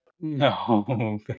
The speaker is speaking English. No